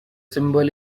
symbol